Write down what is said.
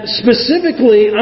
specifically